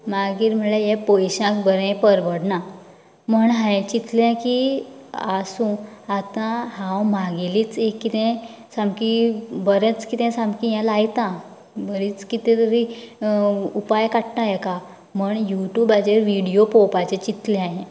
मागीर म्हळ्यार हें पयशांक बरें परवडना म्हण हांयेन चितलें की आसूं आतां हांव म्हागेलीच एक कितें सामकी बरेंच कितें सामकी हें लायतां बरीच कितें तरी उपाय काडटा येका म्हण युट्यूबाचेर व्हिडीयो पळोवपाचें चितलें हांयेन